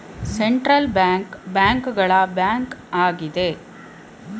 central bank bank ಗಳ bank ಆಗಿದೆ